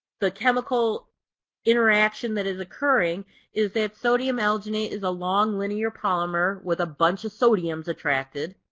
the chemical interaction that is occurring is that sodium alginate is a long linear polymer with a bunch of sodiums attracted.